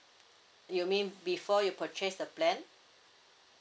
you mean before you purchase the plan